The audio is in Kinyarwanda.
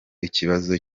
ikibazo